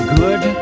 good